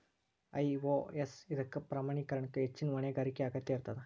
IOS ಇದಕ್ಕ ಪ್ರಮಾಣೇಕರಣಕ್ಕ ಹೆಚ್ಚಿನ್ ಹೊಣೆಗಾರಿಕೆಯ ಅಗತ್ಯ ಇರ್ತದ